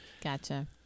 Gotcha